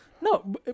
No